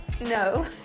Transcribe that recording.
No